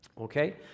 Okay